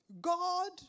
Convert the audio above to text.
God